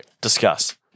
Discuss